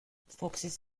foxes